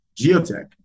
geotech